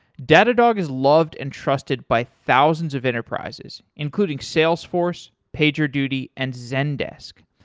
datadog is loved and trusted by thousands of enterprises including salesforce, pagerduty, and zendesk.